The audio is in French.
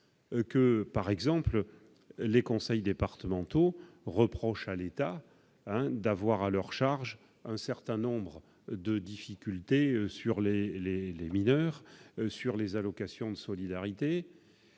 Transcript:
par exemple que les conseils départementaux reprochent à l'État de devoir prendre à leur charge un certain nombre de difficultés propres aux mineurs ou aux allocations de solidarité.